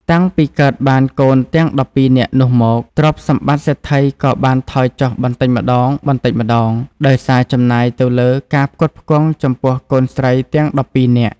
តាំងពីកើតបានកូនទាំង១២នាក់នោះមក ទ្រព្យសម្បត្តិសេដ្ឋីក៏បានថយចុះបន្តិចម្តងៗ ដោយសារចំណាយទៅលើការផ្គត់ផ្គង់ចំពោះកូនស្រីទាំង ១២នាក់។